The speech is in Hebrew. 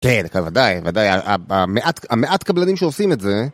כן, ודאי, ודאי, המעט קבלנים שעושים את זה...